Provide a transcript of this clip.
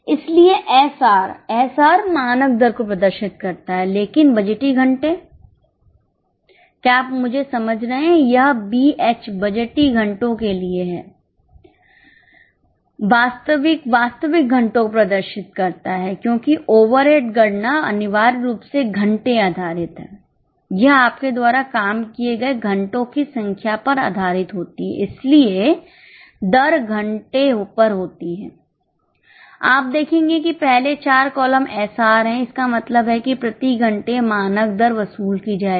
इसलिए SR SR है इसलिएइस पर वास्तविक दर वसूल की जाएगी